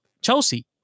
Chelsea